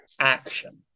action